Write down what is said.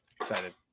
excited